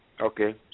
Okay